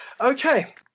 okay